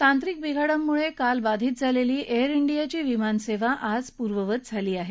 तांत्रिक बिघाडांमुळे काल बाधित झालेली एअर इंडियाची विमानसेवा आता पूर्ववत झाली आहे